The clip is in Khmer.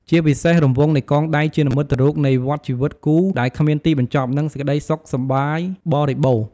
ជាពិសេស រង្វង់នៃកងដៃជានិមិត្តរូបនៃ វដ្ដជីវិតគូដែលគ្មានទីបញ្ចប់ និង សេចក្តីសុខសប្បាយបរិបូរណ៍។